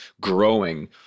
growing